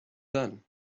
then